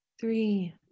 Three